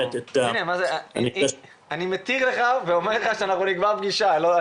אני מתיר לך ואומר נקבע פגישה בינינו.